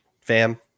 Fam